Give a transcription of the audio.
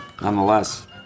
Nonetheless